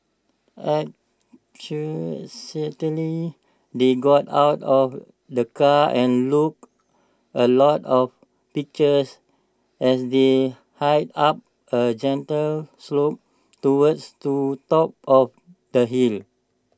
they got out of the car and look A lot of pictures as they hiked up A gentle slope towards to top of the hill